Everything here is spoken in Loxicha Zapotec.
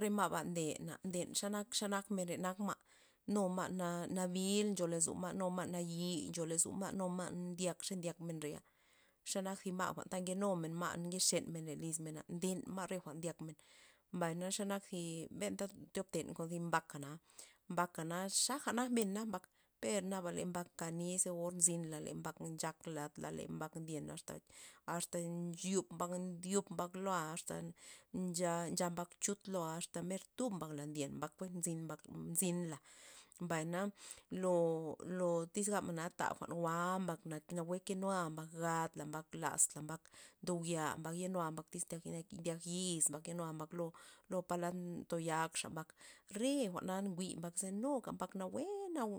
Re ma'ba ne nden xanak- xenak men nak nu ma' na nabil ncho lozo ma' nu ma' nayi' ncho lozo ma' nu ma' ndyak xe ndyakmen reya, xe nak zi ma' ta nkenumen ma' nke xen len lismen nden ma' re jwa'n ndyakmen mbay xe nak zi benta thiop ten kon zi mbakana, mbakana zaja nak men nak mbak per le naba mbak kani iz ze or nzinla le mbak nchak lad la le mbak ndyen asta asta nchub mbak ndyup mbak loa' asta ncha- ncha mbak chut loa' asta mer tub mbak ndyenla kuen nzyn mbak nzynla', mbay na lo- lo tys gabmen ta jwa'n jwa' mbak na nawue kenua mbak gad la mabak laz la mbak ndo jwi'a ye nua tyz ndy- ndyak yiz mbak ye nua mbak lo lo palad ntoyakxa mbak, re jwa'na jwi' mbak ze nuga mbak nawue